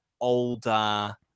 older